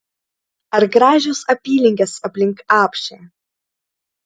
ar gražios apylinkės aplink apšę